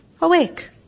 awake